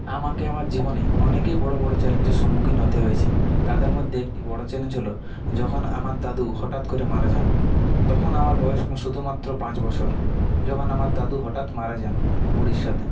আমাকে আমার জীবনে অনেকই বড় বড় চ্যালেঞ্জের সম্মুখীন হতে হয়েছে তাদের মধ্যে একটি বড় চ্যালেঞ্জ হল যখন আমার দাদু হঠাৎ করে মারা যান তখন আমার বয়স শুধুমাত্র পাঁচ বছর যখন আমার দাদু হঠাৎ মারা যান ওড়িশাতে